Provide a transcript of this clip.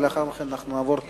לאחר מכן נעבור להצבעה.